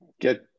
Get